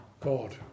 God